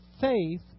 faith